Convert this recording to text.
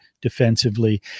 defensively